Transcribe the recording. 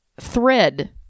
thread